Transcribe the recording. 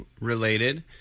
related